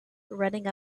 running